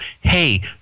hey